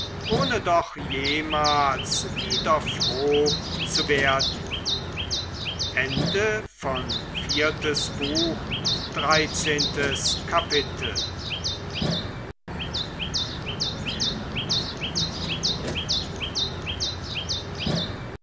ohne doch jemals wieder froh zu werden vierzehntes kapitel